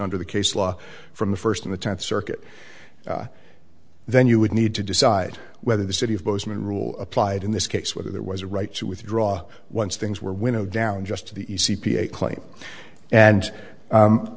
under the case law from the first in the tenth circuit then you would need to decide whether the city of bozeman rule applied in this case whether there was a right to withdraw once things were winnowed down just to the e c p a claim and